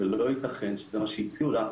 לא יתכן שזה מה שהציעו לה,